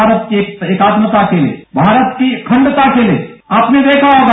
भारत के एकात्मकता के लिए भारत की अखंडता के लिए आपने देखा होगा